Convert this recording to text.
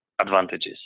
advantages